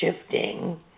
shifting